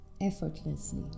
effortlessly